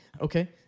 Okay